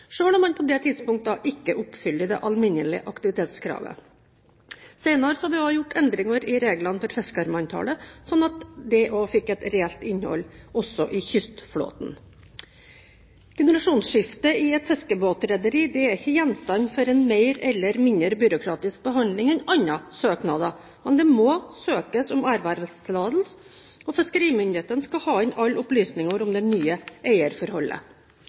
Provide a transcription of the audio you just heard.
om man på det tidspunktet ikke oppfyller det alminnelige aktivitetskravet. Senere har vi gjort endringer i reglene for fiskermanntallet, slik at dette fikk et reelt innhold også i kystflåten. Generasjonsskifte i et fiskebåtrederi er ikke gjenstand for en mer eller mindre byråkratisk behandling enn andre søknader, men det må søkes om ervervstillatelse, og fiskerimyndighetene skal ha inn alle opplysninger om det nye eierforholdet.